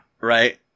Right